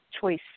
choice